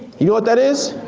you know what that is?